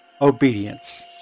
obedience